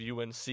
UNC